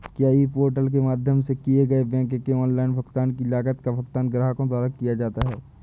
क्या e portal के माध्यम से किए गए बैंक के ऑनलाइन भुगतान की लागत का भुगतान ग्राहकों द्वारा किया जाता है?